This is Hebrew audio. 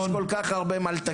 יש כל כך הרבה מה לתקן.